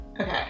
okay